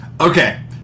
Okay